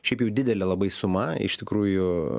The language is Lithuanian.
šiaip jau didelė labai suma iš tikrųjų